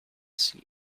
see